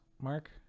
mark